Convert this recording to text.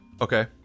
Okay